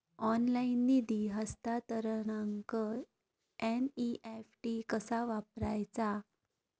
Online निधी हस्तांतरणाक NEFT कसा वापरायचा?